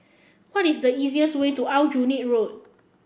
what is the easiest way to Aljunied Road